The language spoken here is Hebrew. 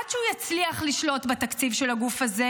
עד שהוא יצליח לשלוט בתקציב של הגוף הזה,